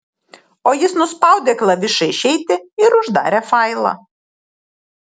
o jis nuspaudė klavišą išeiti ir uždarė failą